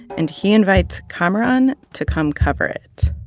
and he invites kamaran to come cover it,